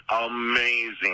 amazing